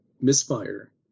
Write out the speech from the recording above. misfire